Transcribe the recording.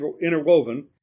interwoven